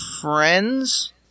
friends